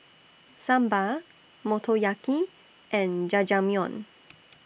Sambar Motoyaki and Jajangmyeon